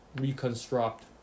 Reconstruct